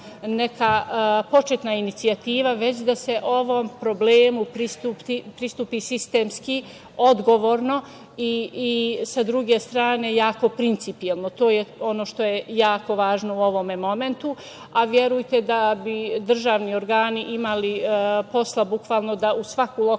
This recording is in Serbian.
neka početna inicijativa, već da se ovom problemu pristupi sistemski, odgovorno i, sa druge strane, jako principijelno. To je ono što je jako važno u ovom momentu. Verujte da bi državni organi imali posla da bukvalno u svaku